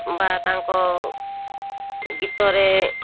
ବା ତାଙ୍କ ଗୀତରେ